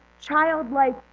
childlike